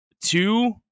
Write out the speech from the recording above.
Two